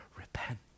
Repent